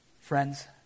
Friends